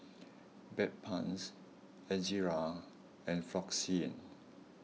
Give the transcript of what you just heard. Bedpans Ezerra and Floxia